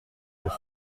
pour